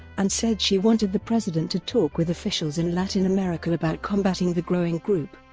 and said she wanted the president to talk with officials in latin america about combatting the growing group.